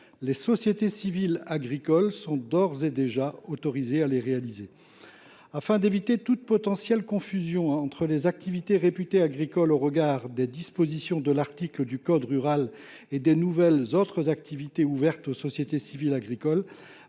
les sociétés civiles agricoles sont d’ores et déjà autorisées à les réaliser. Afin d’éviter toute confusion entre les activités réputées agricoles au regard des dispositions dudit article et les nouvelles activités non agricoles ouvertes aux sociétés civiles agricoles